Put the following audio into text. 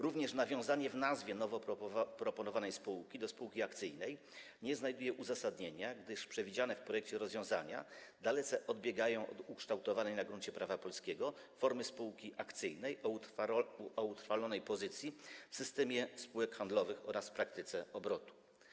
Również nawiązanie w nazwie nowo proponowanej spółki do spółki akcyjnej nie znajduje uzasadnienia, gdyż przewidziane w projekcie rozwiązania dalece odbiegają od ukształtowanej na gruncie prawa polskiego formy spółki akcyjnej, o utrwalonej pozycji w systemie spółek handlowych oraz w praktyce obrotu.